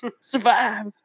Survive